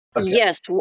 Yes